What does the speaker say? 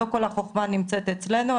לא כל החוכמה נמצאת אצלנו,